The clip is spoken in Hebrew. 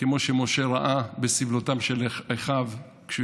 וכמו שמשה ראה בסבלותם של אֶחָיו כשהוא